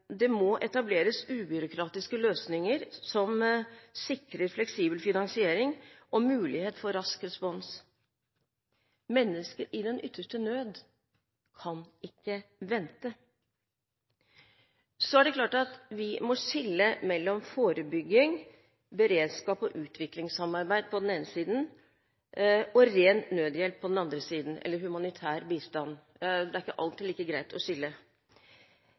Det må etableres ubyråkratiske løsninger som sikrer fleksibel finansiering og mulighet for rask respons. Mennesker i den ytterste nød kan ikke vente. Vi må skille mellom forebygging, beredskap og utviklingssamarbeid på den ene siden og ren nødhjelp eller humanitær bistand – det er ikke alltid like greit å skille